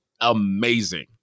Amazing